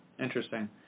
Interesting